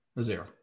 Zero